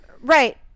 Right